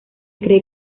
cree